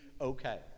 okay